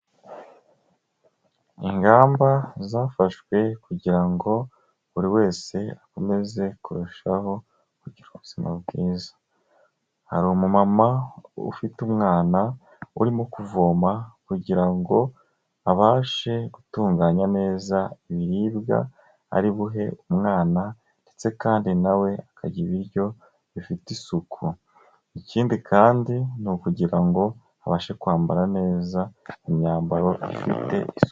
Ingamba zafashwe kugira ngo buri wese akomeze kurushaho kugira ubuzima bwiza. Hari umumama ufite umwana urimo kuvoma kugira ngo abashe gutunganya neza ibiribwa ari buhe umwana ndetse kandi nawe akarya ibiryo bifite isuku. Ikindi kandi ni ukugira ngo abashe kwambara neza imyambaro ifite isuku.